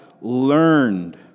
learned